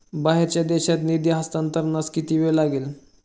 बाहेरच्या देशात निधी हस्तांतरणास किती वेळ लागेल?